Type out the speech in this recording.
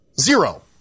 zero